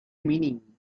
meaning